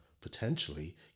potentially